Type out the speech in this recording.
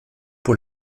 pour